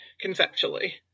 conceptually